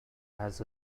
has